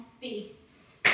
beats